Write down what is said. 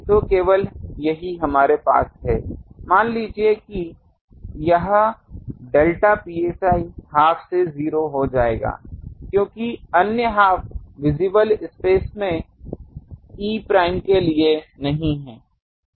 तो केवल यही हमारे पास है मान लीजिए कि यहाँ डेल्टा psi हाफ से 0 हो जाएगा क्योंकि अन्य हाफ विजिबल स्पेस में e prime के लिए नहीं है